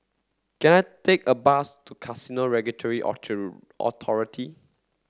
can I take a bus to Casino Regulatory Authority